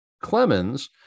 Clemens